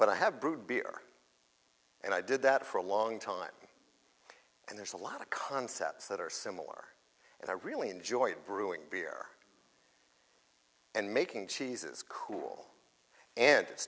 but i have brewed beer and i did that for a long time and there's a lot of concepts that are similar and i really enjoyed brewing beer and making cheeses cool and